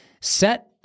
set